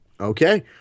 Okay